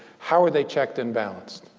how are they checked and balanced,